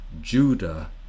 Judah